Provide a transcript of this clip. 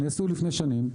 נעשו לפני שנים,